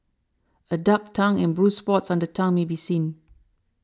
a dark tongue and bruised spots on the tongue may be seen